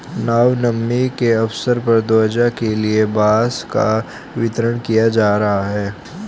राम नवमी के अवसर पर ध्वजा के लिए बांस का वितरण किया जा रहा है